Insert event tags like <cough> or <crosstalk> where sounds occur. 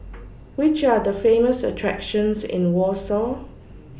<noise> Which Are The Famous attractions in Warsaw